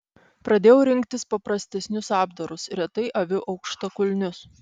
pradėjau rinktis paprastesnius apdarus retai aviu aukštakulnius